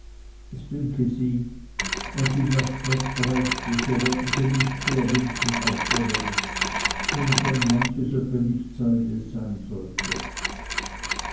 es dünke sie wenn sie das zwegbrächte so wollte sie nichts mehr wünschen auf der welt wenn schon manches öppe nicht sei wie es sein sollte